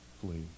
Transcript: flee